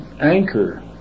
anchor